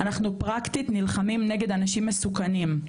אנחנו פרקטית נלחמים נגד אנשים מסוכנים,